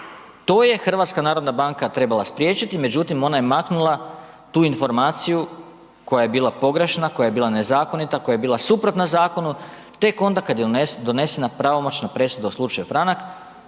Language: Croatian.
tu je problem. To je HNB trebala spriječiti međutim ona je maknula tu informaciju koja je bila pogrešna, koja je bila nezakonita, koja je bila suprotna zakonu tek onda kad je donesena pravomoćna presuda u slučaju franak